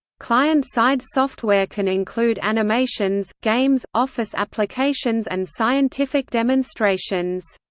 client-side software can include animations, games, office applications and scientific demonstrations.